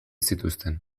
zituzten